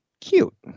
Cute